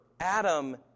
Adam